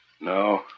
No